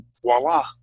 voila